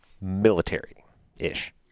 military-ish